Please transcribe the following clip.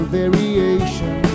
variation